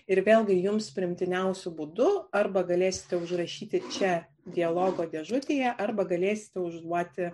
ir vėlgi jums priimtiniausiu būdu arba galėsite užrašyti čia dialogo dėžutėje arba galėsite užduoti